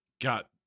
got